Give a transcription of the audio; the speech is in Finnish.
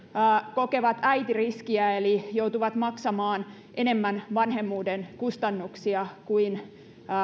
kokevat äitiriskiä eli joutuvat maksamaan enemmän vanhemmuuden kustannuksia kuin